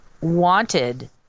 wanted